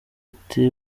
ati